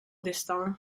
destin